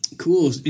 Cool